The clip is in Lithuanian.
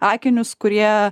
akinius kurie